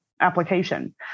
application